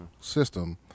system